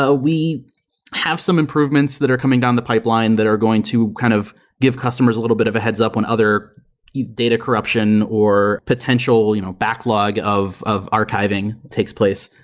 ah we have some improvements that are coming down the pipeline that are going to kind of give customers a little bit of a heads up on other data corruption or potential you know backlog of of archiving takes place.